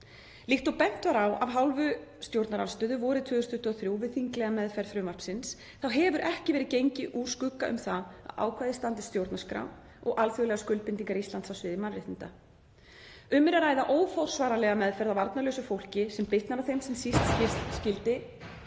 Líkt og bent var á af hálfu stjórnarandstöðu vorið 2023 við þinglega meðferð frumvarpsins þá hefur ekki verið gengið úr skugga um að ákvæðið standist stjórnarskrá og alþjóðlegar skuldbindingar Íslands á sviði mannréttinda. Um er að ræða óforsvaranlega meðferð á varnarlausu fólki, sem bitnar á þeim sem síst skyldi